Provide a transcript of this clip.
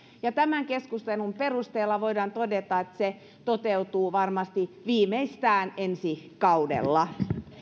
ja tämän keskustelun perusteella voidaan todeta että se toteutuu varmasti viimeistään ensi kaudella